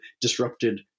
disrupted